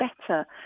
better